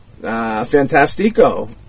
fantastico